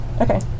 Okay